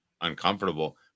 uncomfortable